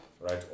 right